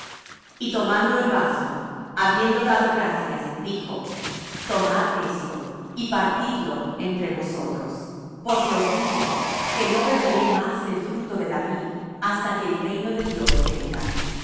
y tomando el vaso habiendo dado gracias dijo tomad esto y partidlo entre vosotros porque os digo que no beberé más del fruto de la vid hasta que el reino de dios venga